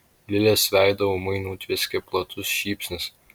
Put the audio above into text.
lilės veidą ūmai nutvieskė platus šypsnys